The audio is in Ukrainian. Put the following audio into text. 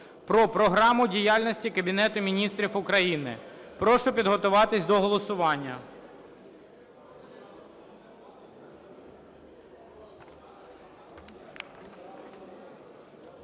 про Програму діяльності Кабінету Міністрів України. Прошу підготуватись до голосування.